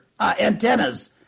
antennas